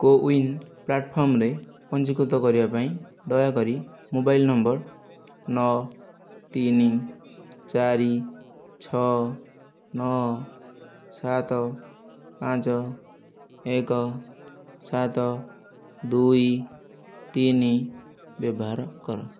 କୋ win ପ୍ଲାଟଫର୍ମରେ ପଞ୍ଜୀକୃତ କରିବା ପାଇଁ ଦୟାକରି ମୋବାଇଲ ନମ୍ବର ନଅ ତିନି ଚାରି ଛଅ ନଅ ସାତ ପାଞ୍ଚ ଏକ ସାତ ଦୁଇ ତିନି ବ୍ୟବହାର କର